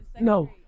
No